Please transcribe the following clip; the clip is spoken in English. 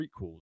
prequels